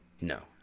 No